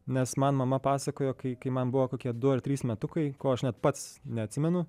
nes man mama pasakojo kai kai man buvo kokie du ar trys metukai ko aš net pats neatsimenu